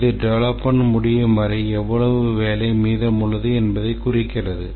இது டெவெலப்மென்ட் முடியும் வரை எவ்வளவு வேலை மீதமுள்ளது என்பதைக் குறிக்கிறது